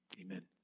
Amen